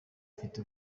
afite